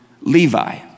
Levi